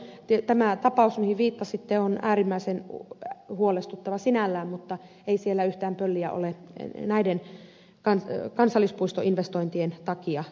tämä tapaus mihin viittasitte on äärimmäisen huolestuttava sinällään mutta ei siellä yhtään pölliä ole näiden kansallispuistoinvestointien takia tehty